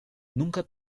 nunca